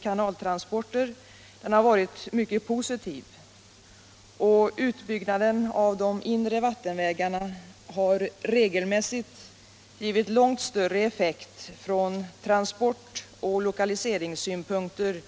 kanaltransporter har varit mycket positiva, och utbyggnaden av de inre vattenvägarna har regelmässigt givit långt större effekt från transport och lokaliseringssynpunkter